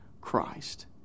Christ